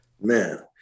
man